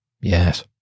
yes